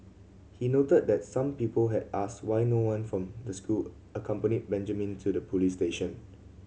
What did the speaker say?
he noted that some people had asked why no one from the school accompanied Benjamin to the police station